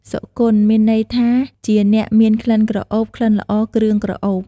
សុគន្ធ មានន័យថា ជាអ្នកមានក្លិនក្រអូប ក្លិនល្អ គ្រឿងក្រអូប។